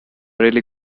really